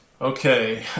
okay